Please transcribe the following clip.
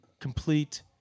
Complete